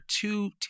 two